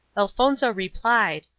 elfonzo replied,